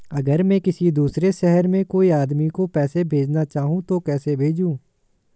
अगर मैं किसी दूसरे शहर में कोई आदमी को पैसे भेजना चाहूँ तो कैसे भेजूँ?